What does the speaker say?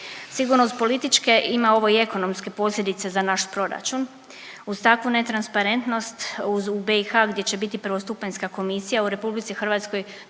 Sigurno s političke ima ovo i ekonomske posljedice za naš proračun. Uz takvu netransparentnost u BiH gdje će biti prvostupanjska komisija u RH drugostupanjska